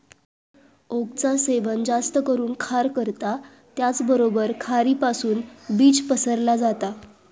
ओकचा सेवन जास्त करून खार करता त्याचबरोबर खारीपासुन बीज पसरला जाता